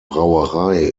brauerei